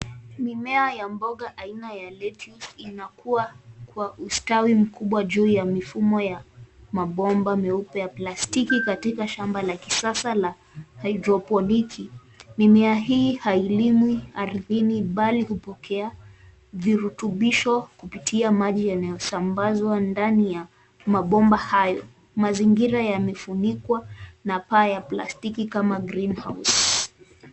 Aina ya mboga ya lettuce inakuwa kwa ustawi mkubwa juu ya mfumo ya mapomba meupe la plastiki shamba la kisasa la hydroponiki. Dunia hii hailimwi ardhini bali hupokea virutubisho kupitia maji yenye imesambaswa kwa ndani ya mapomba hayo. Mazingira yamefunikwa na paa ya plastiki kama green house